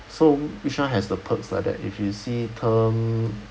so which one has the perks like that if you see term